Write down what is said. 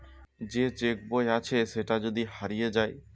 যে চেক বই আছে সেটা যদি হারিয়ে যায়